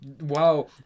Wow